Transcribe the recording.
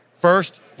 first